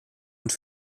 und